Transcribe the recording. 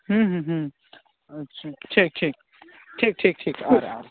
अच्छा ठीक ठीक ठीक ठीक ठीक आ रहा है